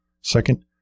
Second